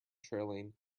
trailing